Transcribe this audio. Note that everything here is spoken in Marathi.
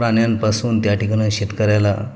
प्राण्यांपासून त्या ठिकाणं शेतकऱ्याला